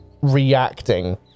reacting